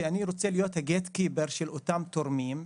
שאני רוצה להיות ה-Gate keeper של אותם תורמים.